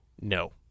No